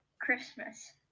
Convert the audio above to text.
Christmas